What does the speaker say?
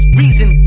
reason